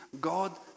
god